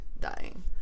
dying